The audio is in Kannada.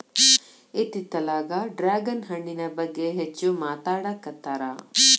ಇತ್ತಿತ್ತಲಾಗ ಡ್ರ್ಯಾಗನ್ ಹಣ್ಣಿನ ಬಗ್ಗೆ ಹೆಚ್ಚು ಮಾತಾಡಾಕತ್ತಾರ